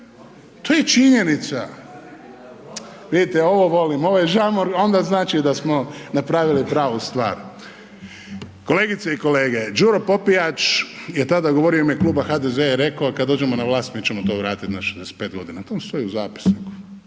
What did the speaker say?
to je činjenica. Vidite ovo volim, ovaj žamor onda znači da smo napravili pravu stvar. Kolegice i kolege, Đuro Popijač je tada govorio u ime kluba HDZ-a je rekao kada dođemo na vlast mi ćemo to vratiti na 65 godina, to vam stoji u zapisniku.